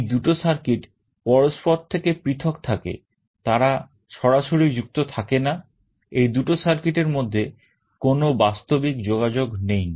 এই দুটো circuit পরস্পর থেকে পৃথক থাকে তারা সরাসরি যুক্ত থাকে না এই দুটো circuit এর মধ্যে কোন বাস্তবিক যোগাযোগ নেই